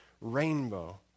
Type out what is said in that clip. rainbow